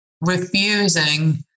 refusing